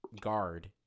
guard